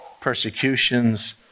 persecutions